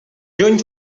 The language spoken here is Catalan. juny